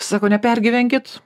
sako nepergyvenkit